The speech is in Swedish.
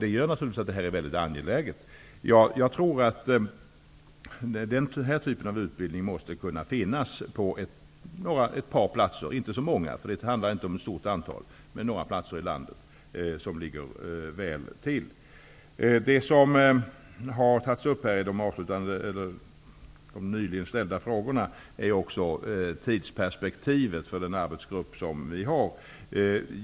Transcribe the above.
Jag tror att den här typen av utbildning måste kunna finnas på ett par platser i landet, som ligger väl till -- inte så många; det handlar inte om något stort antal. I frågorna här har också tidsperspektivet för den arbetsgrupp som finns tagits upp.